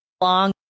long